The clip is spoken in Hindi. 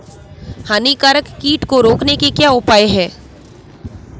हानिकारक कीट को रोकने के क्या उपाय हैं?